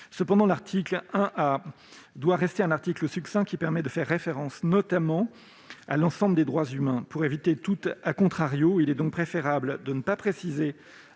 Cependant, l'article 1 A doit rester un article succinct, qui permet de faire référence à l'ensemble des droits humains. Pour éviter tout, il est préférable de ne pas préciser